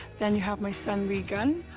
then you have my son regan.